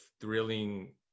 thrilling